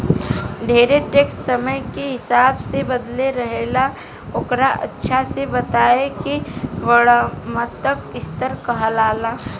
ढेरे टैक्स समय के हिसाब से बदलत रहेला ओकरे अच्छा से बताए के वर्णात्मक स्तर कहाला